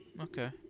Okay